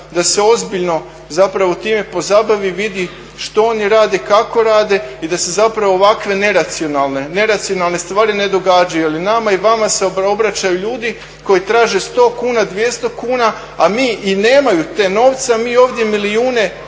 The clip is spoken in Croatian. da se ozbiljno time pozabavi, vidi što oni rade i kako rade i da se ovakve neracionalne stvari ne događaju. Jel i nama se i vama obraćaju ljudi koji traže 100, 200 kuna i nemaju te novce a mi ovdje milijune